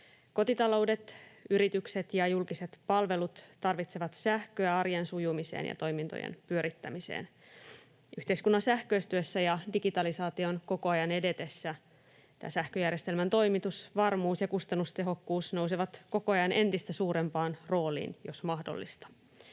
Kotitaloudet, yritykset ja julkiset palvelut tarvitsevat sähköä arjen sujumiseen ja toimintojen pyörittämiseen. Yhteiskunnan sähköistyessä ja digitalisaation koko ajan edetessä sähköjärjestelmän toimitusvarmuus ja kustannustehokkuus nousevat koko ajan entistä suurempaan rooliin, jos mahdollista,